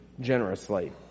generously